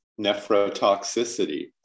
nephrotoxicity